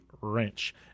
wrench